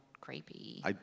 creepy